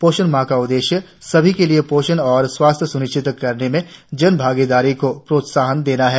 पोषण माह का उद्देश्य सभी के लिए पोषण और स्वास्थ स्निश्चित करने में जन भागीदारी को प्रोत्साहन देना है